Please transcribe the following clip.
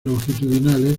longitudinales